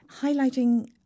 highlighting